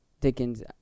Dickens